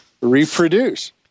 reproduce